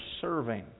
serving